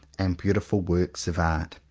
and beautiful works of art.